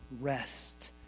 rest